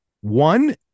One